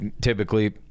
typically